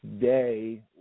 day